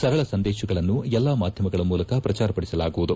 ಸರಳ ಸಂದೇಶಗಳನ್ನು ಎಲ್ಲಾ ಮಾಧ್ಯಮಗಳ ಮೂಲಕ ಪ್ರಚಾರಪಡಿಸಲಾಗುವುದು